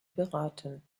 beraten